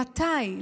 למתי?